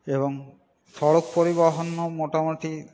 এবং সড়ক পরিবহণও মোটামোটি